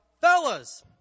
fellas